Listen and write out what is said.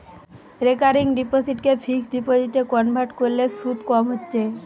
recurring ডিপোসিটকে fixed ডিপোজিটে convert কোরলে শুধ কম হচ্ছে